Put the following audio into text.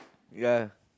ya